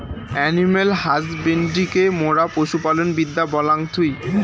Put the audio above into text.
animal হাসব্যান্ড্রিকে মোরা পশু পালন বিদ্যা বলাঙ্গ থুই